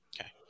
Okay